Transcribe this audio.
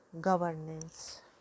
governance